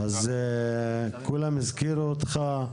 כולם הזכירו אותך,